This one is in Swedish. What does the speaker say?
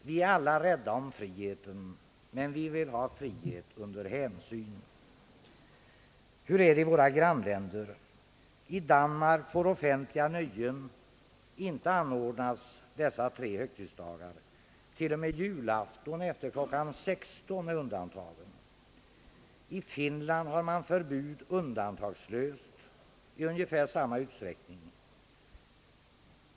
Vi är alla rädda om friheten, men vi vill ha frihet under hänsyn. Hur är det i våra grannländer? I Danmark får offentliga nöjen inte anordnas dessa tre högtidsdagar — till och med julafton efter kl. 16.00 är offentliga nöjen förbjudna. I Finland har man förbud, undantagslöst, i ungefär samma utsträckning.